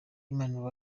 human